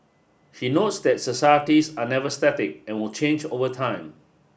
he notes that societies are never static and will change over time